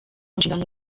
nshingano